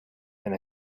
and